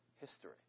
history